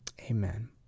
Amen